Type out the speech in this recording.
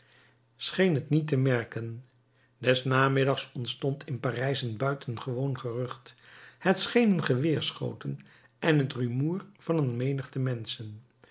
scheen het niet te merken des namiddags ontstond in parijs een buitengewoon gerucht het schenen geweerschoten en het rumoer van een menigte menschen